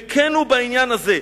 וכן הוא בעניין הזה.